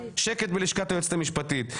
שקט בלשכת היועצת המשפטית.